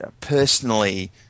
personally